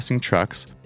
Trucks